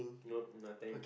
nope nothing